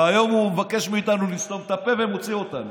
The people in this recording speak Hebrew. והיום הוא מבקש מאיתנו לסתום את הפה ומוציא אותנו.